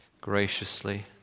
graciously